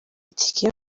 itike